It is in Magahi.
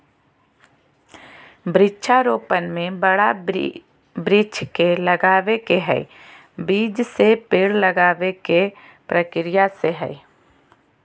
वृक्षा रोपण में बड़ा वृक्ष के लगावे के हई, बीज से पेड़ लगावे के प्रक्रिया से हई